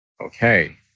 Okay